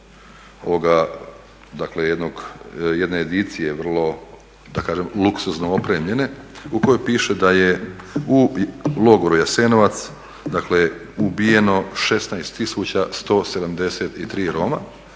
ove jedne edicije vrlo da kažem luksuzno opremljene u kojoj piše da je u logoru Jasenovac ubijeno 16 173 Roma,